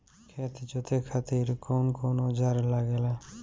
खेत जोते खातीर कउन कउन औजार लागेला?